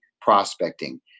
prospecting